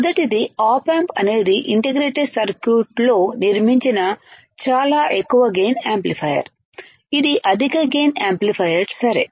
మొదటిది op amp అనేది integrated సర్క్యూట్లో నిర్మించిన చాలా ఎక్కువ గైన్ యాంప్లిఫైయర్ ఇది అధిక గైన్ యాంప్లిఫైయర్ సరే